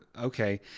Okay